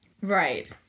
Right